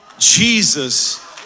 Jesus